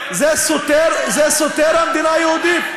זה סותר את המדינה היהודית?